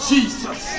Jesus